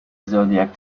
zodiac